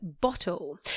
bottle